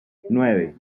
nueve